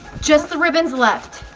just the ribbon's left.